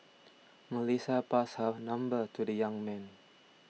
Melissa passed her number to the young man